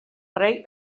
rei